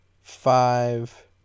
five